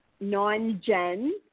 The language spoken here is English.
non-gen